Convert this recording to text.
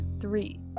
three